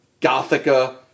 Gothica